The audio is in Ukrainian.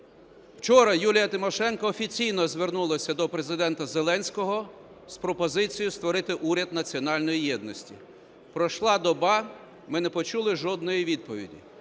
Вчора Юлія Тимошенко офіційно звернулася до Президента Зеленського з пропозицією створити уряд національної єдності. Пройшла доба, ми не почули жодної відповіді.